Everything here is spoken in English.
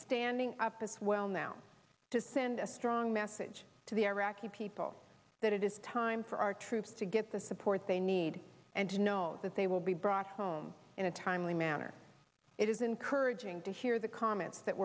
standing up as well now to send a strong message to the iraqi people that it is time for our troops to get the support they need and to know that they will be brought home in a timely manner it is encouraging to hear the comments that